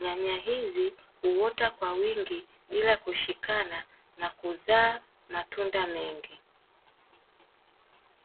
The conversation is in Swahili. Nyanya hizi huota kwa wingi bila kushikana na kuzaa matunda mengi.